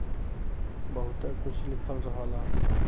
बहुते कुछ लिखल रहला